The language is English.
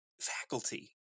faculty